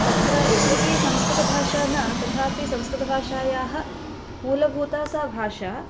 तत्र यद्यपि संस्कृतभाषा न तथापि संस्कृतभाषायाः मूलभूता सा भाषा